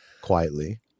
quietly